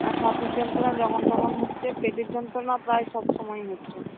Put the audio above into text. আর ছাতির যন্ত্রণা যখন তখন হচ্ছে পেটের যন্ত্রণা প্রায় সব সময়ই হচ্ছে